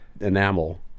enamel